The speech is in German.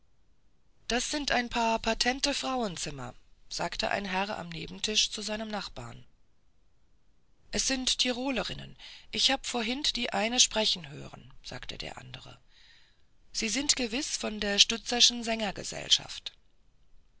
das sind ein paar patente frauenzimmer sagte ein herr am nebentisch zu seinem nachbar es sind tirolerinnen ich hab vorhin die eine sprechen hören sagte der andre sie sind gewiß von der